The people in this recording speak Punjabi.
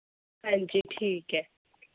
ਹਾਂਜੀ ਠੀਕ ਹੈ